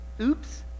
oops